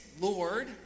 Lord